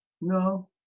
no